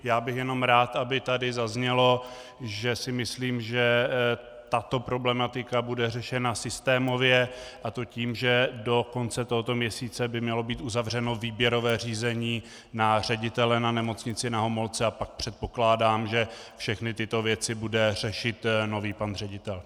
Já bych jenom rád, aby tato zaznělo, že si myslím, že tato problematika bude řešena systémově, a to tím, že do konce tohoto měsíce by mělo být uzavřeno výběrové řízení na ředitele na Nemocnici Na Homolce, a pak předpokládám, že všechny tyto věci bude řešit nový pan ředitel.